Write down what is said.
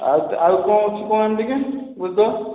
ଆଉ ଆଉ କ'ଣ ଅଛି କହୁନାହାଁନ୍ତି ଟିକେ ବୁଝିଦେବା